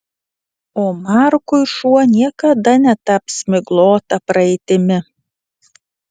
o markui šuo niekada netaps miglota praeitimi